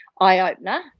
eye-opener